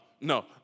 No